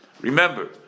Remember